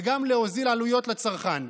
וגם להוזיל עלויות לצרכן.